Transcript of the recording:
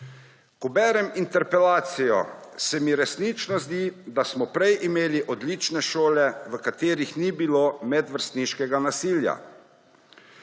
Ko berem interpelacijo, se mi resnično zdi, da smo prej imeli odlične šole, v katerih ni bilo medvrstniškega nasilja,